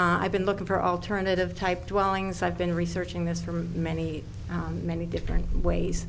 i've been looking for alternative type dwellings i've been researching this for many many different ways